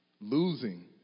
losing